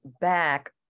back